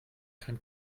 kein